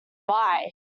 buy